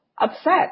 upset